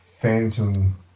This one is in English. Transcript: Phantom